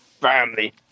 Family